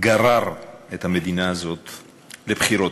גרר את המדינה הזאת לבחירות.